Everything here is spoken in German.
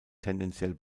tendenziell